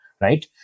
right